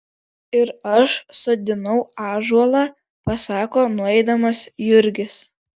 ir aš sodinau ąžuolą pasako nueidamas jurgis